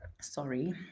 Sorry